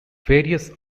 various